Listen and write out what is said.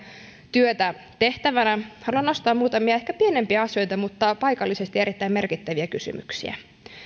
työtä tehtävänä haluan nostaa muutamia ehkä pienempiä asioita mutta paikallisesti erittäin merkittäviä kysymyksiä